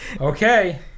Okay